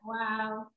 Wow